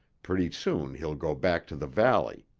pretty soon he'll go back to the valley.